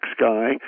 sky